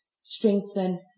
strengthen